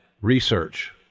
research